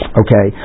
okay